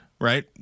right